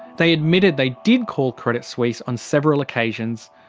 they admitted they did call credit suisse on several occasions,